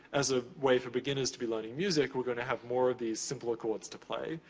as a way for beginners to be learning music, we're gonna have more of these simpler chords to play.